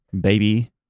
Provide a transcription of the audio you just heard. baby